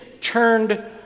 turned